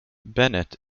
bennett